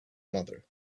mother